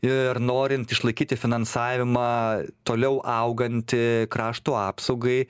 ir norint išlaikyti finansavimą toliau augantį krašto apsaugai